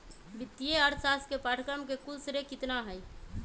वित्तीय अर्थशास्त्र के पाठ्यक्रम के कुल श्रेय कितना हई?